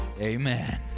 Amen